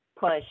push